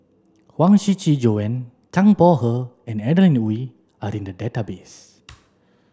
Huang Shiqi Joan Zhang Bohe and Adeline Ooi are in the database